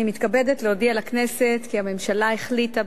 אני מתכבדת להודיע לכנסת כי הממשלה החליטה,